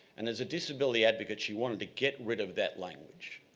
and as a disability advocate she wanted to get rid of that language.